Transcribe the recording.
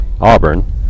Auburn